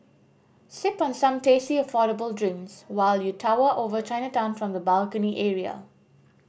sip on some tasty affordable drinks while you tower over Chinatown from the balcony area